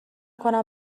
کنم